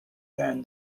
than